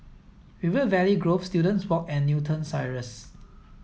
River Valley Grove Students Walk and Newton Cirus